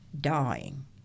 dying